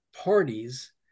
parties